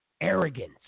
arrogance